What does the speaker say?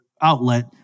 outlet